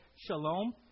Shalom